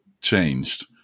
changed